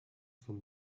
for